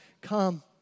come